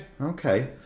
Okay